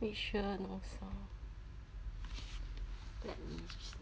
make sure no sound let me see